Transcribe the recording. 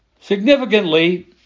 significantly